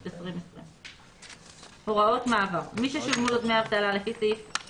2020. הוראות מעבר 4. מי ששולמו לו דמי אבטלה לפי סעיפים